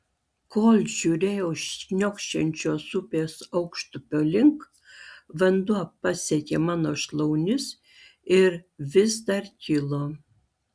kol žiūrėjau šniokščiančios upės aukštupio link vanduo pasiekė mano šlaunis ir vis dar kilo